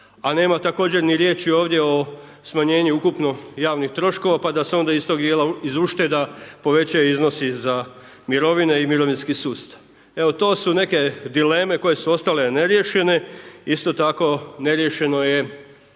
A nema također ni riječi ovdje o smanjenju ukupno javnih troškova pa da se onda iz tog dijela iz ušteda povećaju iznosi za mirovine i mirovinski sustav. Evo to su neke dileme koje su ostale neriješene, isto tako neriješeno je